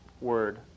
word